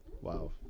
Wow